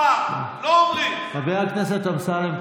חבר הכנסת אמסלם,